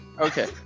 Okay